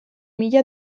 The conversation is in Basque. mila